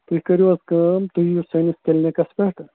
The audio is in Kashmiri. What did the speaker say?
تُہۍ کٔرِو حظ کٲم تُہۍ یِیِو سٲنِس کِلنِکَس پٮ۪ٹھ